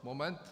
Moment.